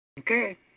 Okay